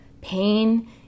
pain